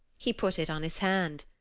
he put it on his hand.